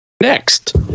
Next